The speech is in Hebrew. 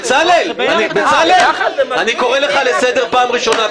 ------ בצלאל, אני קורא לך לסדר פעם ראשונה.